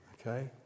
okay